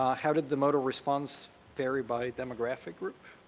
um how did the mode of response vary by demographic group.